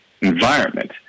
environment